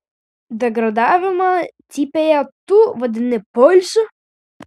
degradavimą cypėje tu vadini poilsiu